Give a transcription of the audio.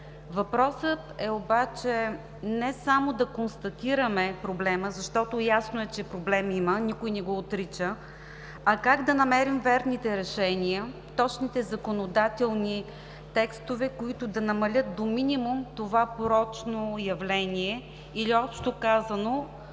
Въпросът е обаче не само да констатираме проблема, защото ясно е, че проблем има, никой не го отрича, а как да намерим верните решения, точните законодателни текстове, които да намалят до минимум това порочно явление или общо казано,